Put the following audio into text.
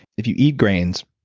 if you eat grains,